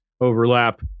overlap